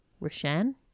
Roshan